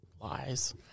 Lies